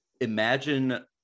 imagine